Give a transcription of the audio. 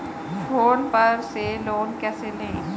Phone पर से loan कैसे लें?